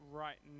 right